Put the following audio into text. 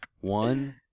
One